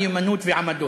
מיומנות ועמדות.